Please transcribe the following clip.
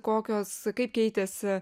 kokios kaip keitėsi